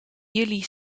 jullie